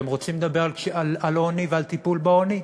אתם רוצים לדבר על עוני ועל טיפול בעוני,